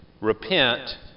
Repent